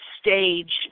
stage